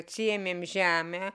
atsiėmėm žemę